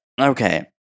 okay